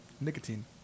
nicotine